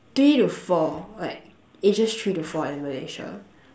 three to four like ages three to four in Malaysia